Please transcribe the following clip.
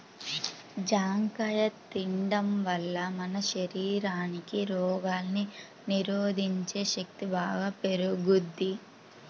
జాంకాయ తిండం వల్ల మన శరీరానికి రోగాల్ని నిరోధించే శక్తి బాగా పెరుగుద్ది